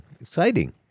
Exciting